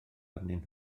arnyn